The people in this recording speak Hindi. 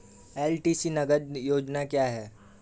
एल.टी.सी नगद योजना क्या है?